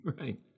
Right